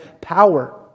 power